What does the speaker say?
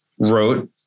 Wrote